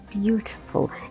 beautiful